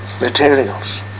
materials